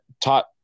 taught